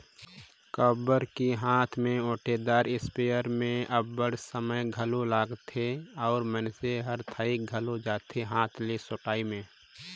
काबर कि हांथ में ओंटेदार इस्पेयर में अब्बड़ समे घलो लागथे अउ मइनसे हर थइक घलो जाथे हांथ ले ओंटई में